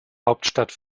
hauptstadt